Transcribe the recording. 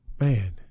Man